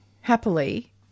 happily